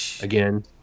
again